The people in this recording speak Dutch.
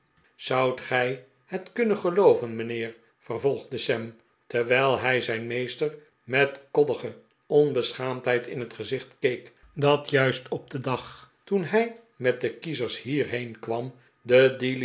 zoudt gij het kunnen gelooven mijnheer vervolgde sam terwijl hij zijn meester met koddige onbeschaamdheid in het gezicht keek dat juist op den dag toen hij met de kiezers hierheen kwam de